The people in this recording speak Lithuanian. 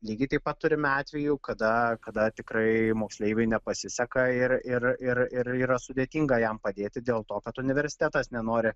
lygiai taip pat turime atvejų kada kada tikrai moksleiviui nepasiseka ir ir ir ir yra sudėtinga jam padėti dėl to kad universitetas nenori